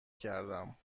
کردم